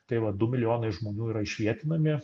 tai va du milijonai žmonių yra išvietinami